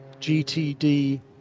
GTD